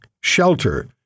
shelter